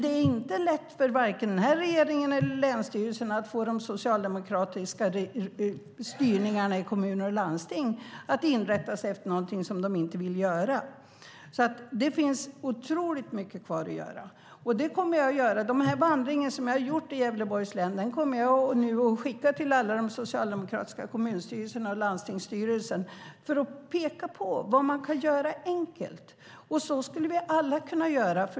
Det är inte lätt för vare sig den här regeringen eller länsstyrelserna att få de socialdemokratiskt styrda kommunerna och landstingen att inrätta sig efter något de inte vill göra. Det finns otroligt mycket kvar att göra. Resultatet av den vandring jag har gjort i Gävleborgs län kommer jag att skicka till alla de socialdemokratiska kommunstyrelserna och landstingsstyrelsen för att peka på vad som kan göras på ett enkelt sätt. Så kan vi alla göra.